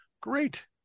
Great